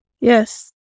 Yes